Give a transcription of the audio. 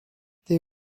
they